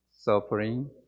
suffering